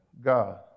God